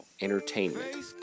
Entertainment